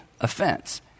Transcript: offense